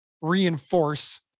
reinforce